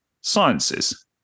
sciences